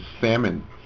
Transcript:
salmon